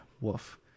woof